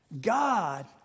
God